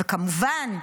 וכמובן,